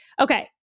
Okay